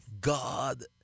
God